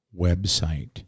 website